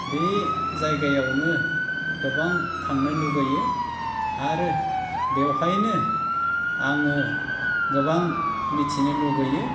बे जायगायावनो गोबां थांनो लुबैयो आरो बेवहायनो आङो गोबां मिथिनो लुबैयो